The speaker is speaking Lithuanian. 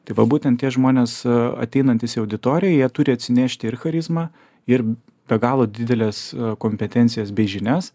tai va būtent tie žmonės ateinantys į auditoriją jie turi atsinešti ir charizmą ir be galo dideles kompetencijas bei žinias